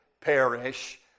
perish